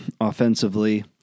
offensively